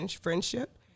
friendship